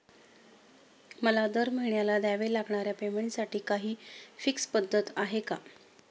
मला दरमहिन्याला द्यावे लागणाऱ्या पेमेंटसाठी काही फिक्स पद्धत आहे का?